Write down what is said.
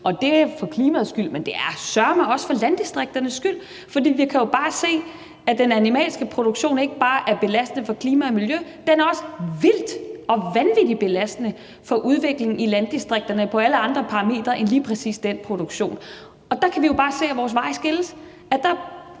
Det er for klimaets skyld, men det er søreme også for landdistrikternes skyld, for vi kan jo bare se, at den animalske produktion ikke bare er belastende for klimaet og miljøet, den er også vildt og vanvittigt belastende for udviklingen i landdistrikterne på alle andre parametre end lige præcis den produktion. Der kan vi jo bare se, at vores veje skilles.